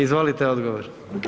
Izvolite odgovor.